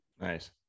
nice